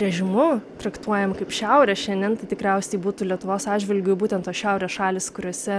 režimu traktuojam kaip šiaurę šiandien tai tikriausiai būtų lietuvos atžvilgiu būtent tos šiaurės šalys kuriose